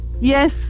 yes